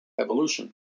Evolution